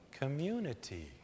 community